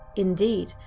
indeed,